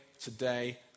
today